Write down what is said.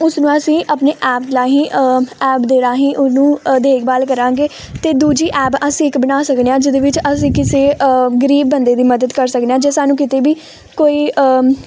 ਉਸ ਨੂੰ ਅਸੀਂ ਆਪਣੇ ਐਪ ਰਾਹੀਂ ਐਪ ਦੇ ਰਾਹੀਂ ਉਹਨੂੰ ਅ ਦੇਖਭਾਲ ਕਰਾਂਗੇ ਅਤੇ ਦੂਜੀ ਐਪ ਅਸੀਂ ਇੱਕ ਬਣਾ ਸਕਦੇ ਹਾਂ ਜਿਹਦੇ ਵਿੱਚ ਅਸੀਂ ਕਿਸੇ ਗਰੀਬ ਬੰਦੇ ਦੀ ਮਦਦ ਕਰ ਸਕਦੇ ਹਾਂ ਜੇ ਸਾਨੂੰ ਕਿਤੇ ਵੀ ਕੋਈ